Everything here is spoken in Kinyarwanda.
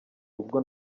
ubwo